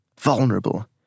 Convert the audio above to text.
vulnerable